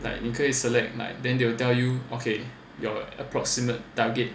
like 你可以 select like then they will tell you okay ya your approximate target